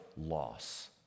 loss